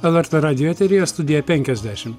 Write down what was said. lrt radijo eteryje studija penkiasdešim